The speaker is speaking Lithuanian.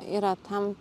yra tam